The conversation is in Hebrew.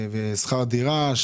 הטבות בשכר דירה,